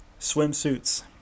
swimsuits